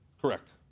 Correct